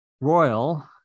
royal